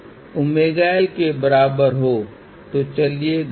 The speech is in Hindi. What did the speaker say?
वास्तव में हम लो पास फिल्टर कवर करने जा रहे हैं हाई पास फिल्टर को बाद में कवर करेंगे